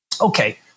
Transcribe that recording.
okay